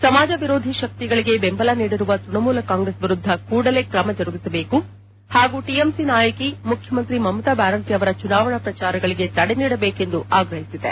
ಸಮಾಜವಿರೋಧಿ ಶಕ್ತಿಗಳಿಗೆ ದೆಂಬಲ ನೀಡಿರುವ ತೃಣಮೂಲ ಕಾಂಗ್ರೆಸ್ ವಿರುದ್ಧ ಕೂಡಲೇ ಕ್ರಮ ಜರುಗಿಸಬೇಕು ಹಾಗೂ ಟಎಂಸಿ ನಾಯಕಿ ಮುಖ್ಯಮಂತ್ರಿ ಮಮತಾ ಬ್ಯಾನರ್ಜಿ ಅವರ ಚುನಾವಣಾ ಪ್ರಚಾರಗಳಗೆ ತಡೆ ನೀಡಬೇಕು ಎಂದು ಆಗ್ರಹಿಸಿದೆ